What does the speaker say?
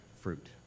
fruit